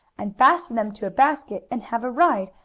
and fasten them to a basket and have a ride,